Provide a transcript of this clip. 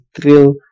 thrill